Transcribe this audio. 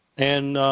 and